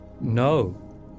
No